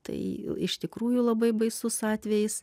tai iš tikrųjų labai baisus atvejis